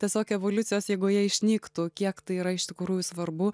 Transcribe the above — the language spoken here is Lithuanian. tiesiog evoliucijos eigoje išnyktų kiek tai yra iš tikrųjų svarbu